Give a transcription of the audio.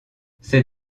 ces